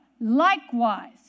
likewise